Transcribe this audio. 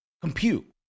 compute